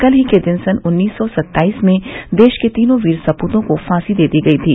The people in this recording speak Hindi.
कल ही के दिन सन् उन्नीस सौ सत्ताईस में देश के तीनों वीर सपूतों को फांसी दे दी गयी थी